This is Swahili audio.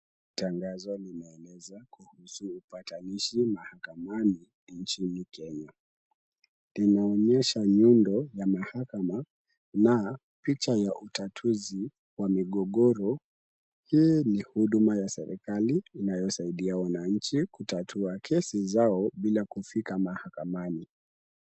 Tangazo linaeleza kuhusu upatanishi mahakamani nchini Kenya. Inaonyesha nyundo ya mahakama na picha ya utatuzi wa migogoro. Hii ni huduma ya serikali inayosaidia wananchi kutatua kesi zao bila kufika mahakamani.